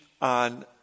on